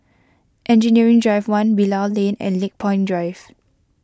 Engineering Drive one Bilal Lane and Lakepoint Drive